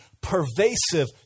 pervasive